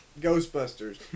Ghostbusters